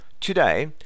today